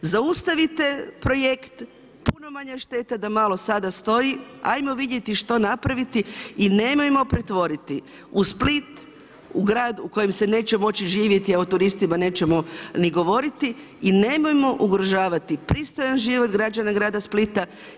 Zaustavite projekt, puno je manja šteta da malo sada stoji, ajmo vidjeti što napraviti i nemojmo pretvoriti Split u grad u kojem se neće moći živjeti a o turistima nećemo ni govoriti i nemojmo ugrožavati pristojan život građana grada Splita.